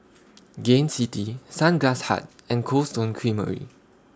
Gain City Sunglass Hut and Cold Stone Creamery